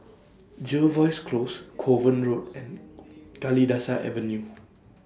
Jervois Close Kovan Road and Kalidasa Avenue